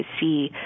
see